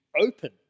open